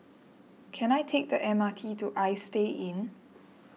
can I take the M R T to Istay Inn